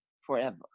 forever